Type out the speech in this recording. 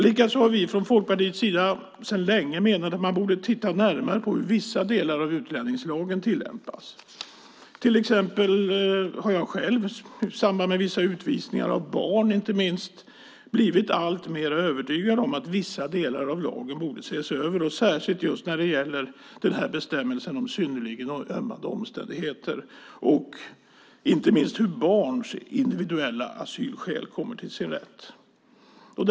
Vi i Folkpartiet har sedan länge menat att man borde titta närmare på hur vissa delar av utlänningslagen tillämpas. Jag själv har till exempel i samband med vissa utvisningar av barn blivit alltmer övertygad om att vissa delar av lagen borde ses över, och det gäller särskilt bestämmelsen om synnerligen ömmande omständigheter och inte minst hur barns individuella asylskäl kommer till sin rätt. Herr talman!